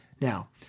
Now